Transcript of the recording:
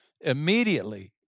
immediately